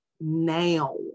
now